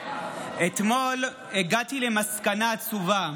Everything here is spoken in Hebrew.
אתמול הגעתי למסקנה עצובה: